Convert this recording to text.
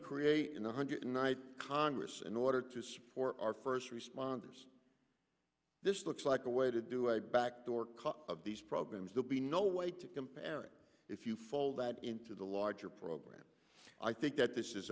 create one hundred night congress in order to support our first responders this looks like a way to do a back door cause of these problems there be no way to compare it if you fold that into the larger program i think that this is